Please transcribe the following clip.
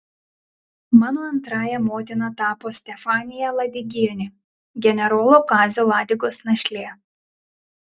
mano antrąja motina tapo stefanija ladigienė generolo kazio ladigos našlė